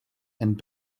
and